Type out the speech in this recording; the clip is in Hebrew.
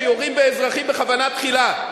שיורים באזרחים בכוונה תחילה.